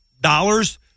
dollars